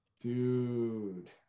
dude